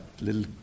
little